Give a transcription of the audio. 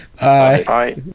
Bye